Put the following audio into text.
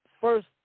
first